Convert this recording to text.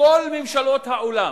כל ממשלות העולם,